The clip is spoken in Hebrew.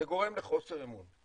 זה גורם לחוסר אמון.